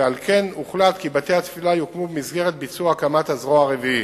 ועל כן הוחלט כי בתי-התפילה יוקמו במסגרת ביצוע הקמת הזרוע הרביעית.